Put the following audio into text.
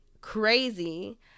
crazy